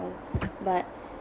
oo but